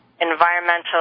environmental